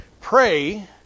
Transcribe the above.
pray